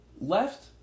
left